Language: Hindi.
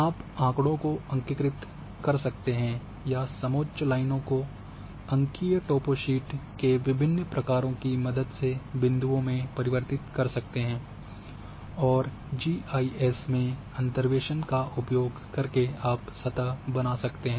आप आंकड़ों को अंकिकृत कर सकते हैं या समोच्च लाइनों को अंकीय टॉपोशीट के विभिन्न प्रकारों की मदद से बिंदुओं में परिवर्तित कर सकते हैं और जीआईएस में अंतर्वेसन का उपयोग करके आप सतह बना सकते हैं